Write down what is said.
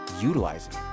utilizing